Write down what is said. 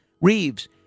Reeves